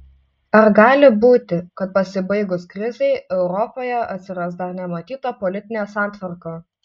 ar gali būti kad pasibaigus krizei europoje atsiras dar nematyta politinė santvarka